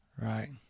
Right